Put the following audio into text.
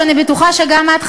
אני בטוחה שגם את,